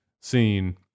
scene